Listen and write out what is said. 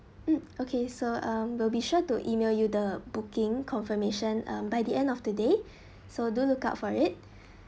mm okay so um we'll be sure to email you the booking confirmation by the end of the day so do look out for it